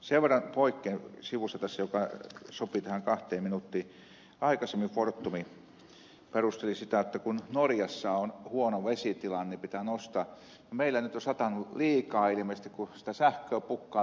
sen verran poikkean sivuun joka mahtuu tähän kahteen minuuttiin että aikaisemmin fortum perusteli sitä jotta kun norjassa on huono vesitilanne niin pitää nousta meillä osataan liikaa ihmisten nostaa hintaa